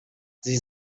sie